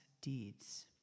deeds